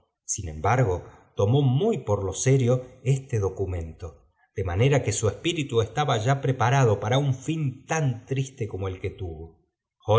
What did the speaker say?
sin embargo tomó muy por lo serio este documento de manera que su espíritu estaba ya preparado para un fin tan triste como el que tuvo